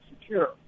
secure